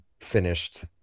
finished